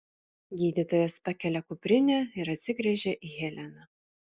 gydytojas pakelia kuprinę ir atsigręžia į heleną